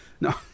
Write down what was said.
No